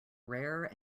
rare